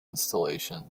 installation